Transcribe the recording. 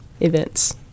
events